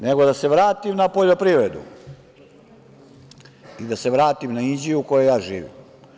Nego da se vratim na poljoprivredu i da se vratim na Inđiju, u kojoj ja živim.